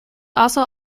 also